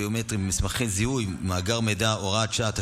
ביומטריים במסמכי זיהוי ובמאגרי מידע (הוראת שעה),